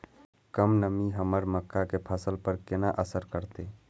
कम नमी हमर मक्का के फसल पर केना असर करतय?